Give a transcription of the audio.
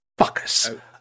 fuckers